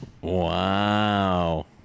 Wow